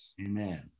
Amen